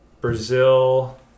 Brazil